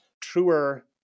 truer